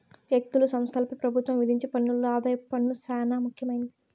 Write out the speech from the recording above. వ్యక్తులు, సంస్థలపై పెబుత్వం విధించే పన్నుల్లో ఆదాయపు పన్ను సేనా ముఖ్యమైంది